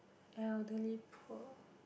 ya elderly poor